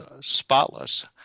spotless